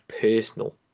personal